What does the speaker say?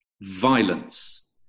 violence